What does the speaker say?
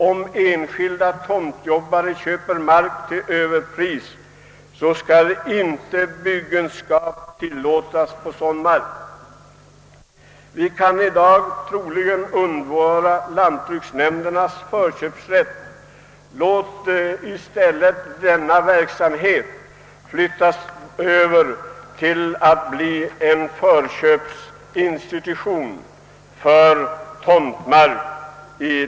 Om enskilda tomtjobbare köper mark till överpris, så skall byggenskap inte tillåtas på sådan mark. Vi kan i dag troligen undvara lantbruksnämndernas förköpsrätt. Låt det i stället bli en förköpsinstitution för tomtmark!